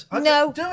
no